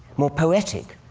more poetic,